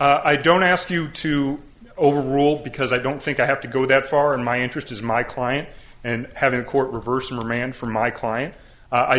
i don't ask you to over rule because i don't think i have to go that far in my interest as my client and having a court reversed remand for my client i